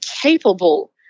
capable